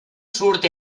surt